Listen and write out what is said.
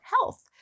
health